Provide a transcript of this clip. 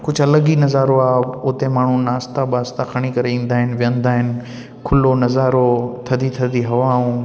कुझु अलॻि ई नज़ारो आहे उते माण्हू नास्ता ॿास्ता खणी करे ईंदा आहिनि विहंदा आहिनि की खुलो नज़ारो थधी थधी हवाऊं